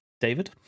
David